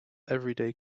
everyday